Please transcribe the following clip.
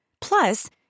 Plus